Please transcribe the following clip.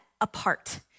apart